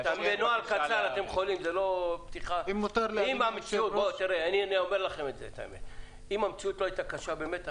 אם המציאות לא הייתה קשה,